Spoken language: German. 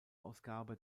ausgabe